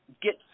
get